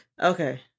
okay